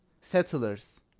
settlers